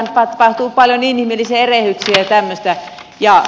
ihan tapahtuu paljon inhimillisiä erehdyksiä ja tämmöistä